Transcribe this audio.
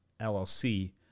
LLC